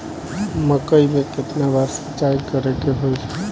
मकई में केतना बार सिंचाई करे के होई?